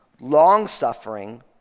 long-suffering